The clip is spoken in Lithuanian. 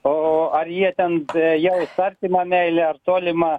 o ar jie ten jai artima meilė ar tolima